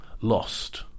lost